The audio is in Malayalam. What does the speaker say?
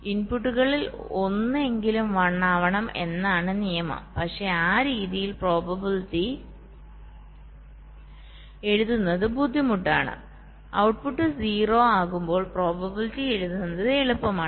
ഇൻപുട്ടുകളിൽ ഒന്ന് എങ്കിലും 1 ആവണം എന്നാണ് നിയമം പക്ഷേ ആ രീതിയിൽ പ്രോബബിലിറ്റി എഴുതുന്നത് ബുദ്ധിമുട്ടാണ് ഔട്ട്പുട്ട് 0 ആകുമ്പോൾ പ്രോബബിലിറ്റി എഴുതുന്നത് എളുപ്പമാണ്